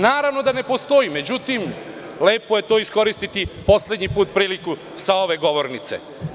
Naravno da ne postoji, ali lepo je to iskoristiti, poslednji put priliku sa ove govornice.